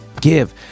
give